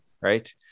right